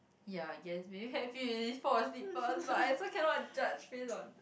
ya I guess maybe happy already fall asleep first but I also cannot judge based on